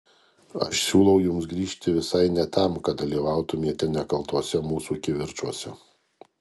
aš siūlau jums grįžti visai ne tam kad dalyvautumėte nekaltuose mūsų kivirčuose